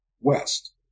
West